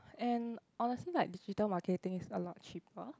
and honestly like digital marketing is a lot cheaper